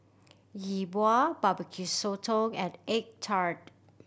Yi Bua Barbecue Sotong and egg tart